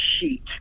sheet